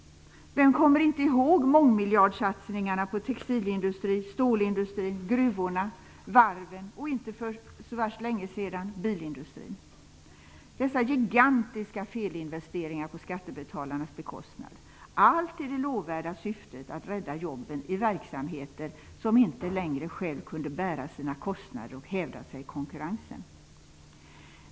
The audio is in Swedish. Vem kommer inte ihåg mångmiljardsatsningarna på textilindustrin, stålindustrin, gruvorna, varven och, för inte så länge sedan, bilindustrin? Dessa gigantiska felinvesteringar gjordes på skattebetalarnas bekostnad -- allt i det lovvärda syftet att rädda jobben i verksamheter som inte längre själva kunde bära sina kostnader och hävda sig i konkurrensen.